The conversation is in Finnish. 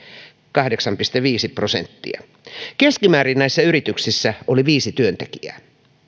kahdeksan pilkku viisi prosenttia näissä yrityksissä oli keskimäärin viisi työntekijää